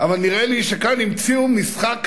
אבל נראה לי שכאן המציאו משחק